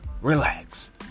relax